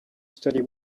steady